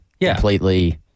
completely